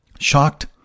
shocked